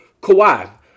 Kawhi